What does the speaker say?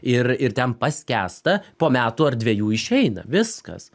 ir ir ten paskęsta po metų ar dviejų išeina viskas